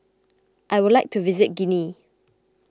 I would like to visit Guinea